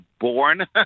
born